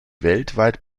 weltweit